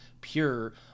pure